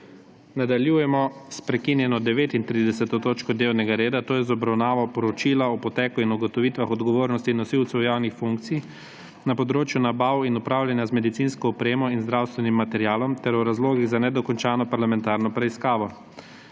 Nadaljujemo s prekinjeno 39. točko dnevnega reda, to je z obravnavo Poročila o poteku in ugotovitvah odgovornosti nosilcev javnih funkcij na področju nabav in upravljanja z medicinsko opremo in zdravstvenim materialom ter o razlogih za nedokončano parlamentarno preiskavo.